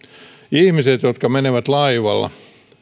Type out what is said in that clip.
ihmiset jotka menevät laivalla